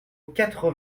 quatre